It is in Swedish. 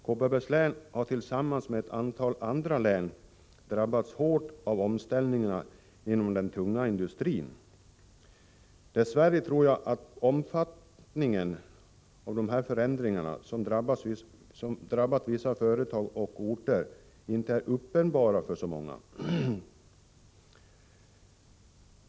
Kopparbergs län har tillsammans med ett antal andra län lidit svårt av omställningarna inom den tunga industrin. Jag tror att omfattningen av dessa förändringar, som särskilt drabbat vissa företag och orter, dess värre inte är uppenbar för så många.